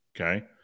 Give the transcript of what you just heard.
okay